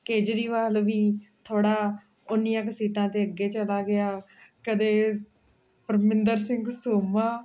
ਕੇਜਰੀਵਾਲ ਵੀ ਥੋੜ੍ਹਾ ਉਨੀਆਂ ਕੁ ਸੀਟਾਂ 'ਤੇ ਅੱਗੇ ਚਲਾ ਗਿਆ ਕਦੇ ਪਰਮਿੰਦਰ ਸਿੰਘ ਸੋਮਾ